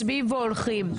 מצביעים והולכים.